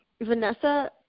Vanessa